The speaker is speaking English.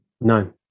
no